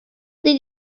did